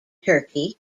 turkey